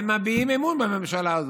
והם מביעים אמון בממשלה הזאת.